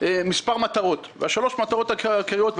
3 מטרות עיקריות: